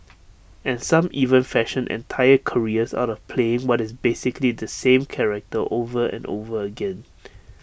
and some even fashion entire careers out of playing what is basically the same character over and over again